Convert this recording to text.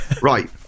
right